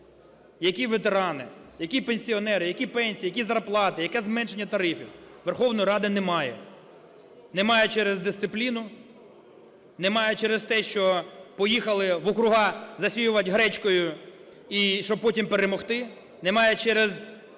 Які ветерани? Які пенсіонери? Які пенсії, які зарплати, яке зменшення тарифів? Верховної Ради немає. Немає через дисципліну, немає через те, що поїхали в округа засіювати гречкою і щоб потім перемогти. Немає через